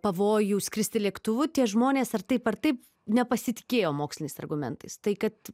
pavojų skristi lėktuvu tie žmonės ar taip ar taip nepasitikėjo moksliniais argumentais tai kad